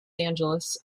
angeles